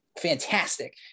fantastic